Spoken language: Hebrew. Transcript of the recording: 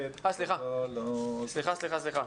--- סליחה, סליחה.